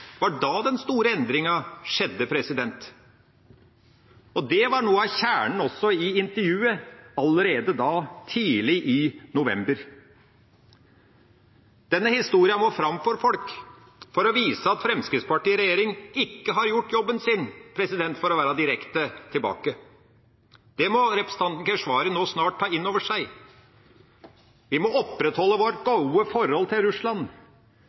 var noe av kjernen også i intervjuet allerede tidlig i november. Denne historien må fram til folk for å vise at Fremskrittspartiet i regjering ikke har gjort jobben sin – for å være direkte tilbake. Det må representanten Keshvari snart ta inn over seg. Vi må opprettholde vårt gode forhold til Russland,